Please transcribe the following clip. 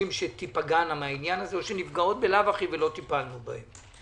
שתיפגענה מהעניין הזה או שנפגעות בלאו הכי ולא טיפלנו בהן.